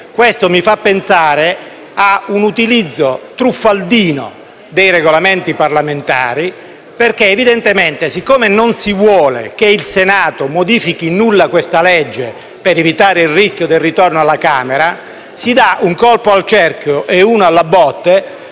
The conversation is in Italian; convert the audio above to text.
Questo mi fa pensare a un utilizzo truffaldino dei Regolamenti parlamentari. È evidente che, siccome non si vuole che il Senato modifichi in nulla questo provvedimento per evitare il rischio del suo ritorno alla Camera, si dà un colpo al cerchio e una alla botte